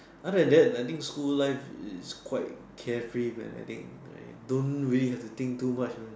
other than I think school life is quite carefree man I think don't really have to think too much man